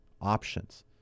options